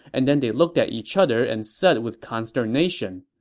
and then they looked at each other and said with consternation,